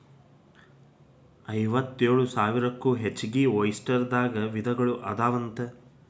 ಐವತ್ತೇಳು ಸಾವಿರಕ್ಕೂ ಹೆಚಗಿ ಒಯಸ್ಟರ್ ದಾಗ ವಿಧಗಳು ಅದಾವಂತ